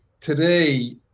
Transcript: today